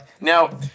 Now